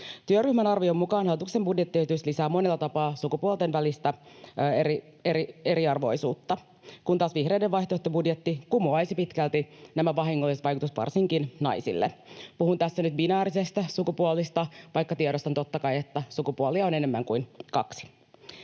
Työryhmän arvion mukaan hallituksen budjettiesitys lisää monella tapaa sukupuolten välistä eriarvoisuutta, kun taas vihreiden vaihtoehtobudjetti kumoaisi pitkälti nämä vahingolliset vaikutukset varsinkin naisiin — puhun tässä nyt binäärisistä sukupuolista, vaikka tiedostan, totta kai, että sukupuolia on enemmän kuin kaksi.